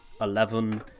Eleven